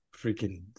Freaking